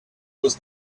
was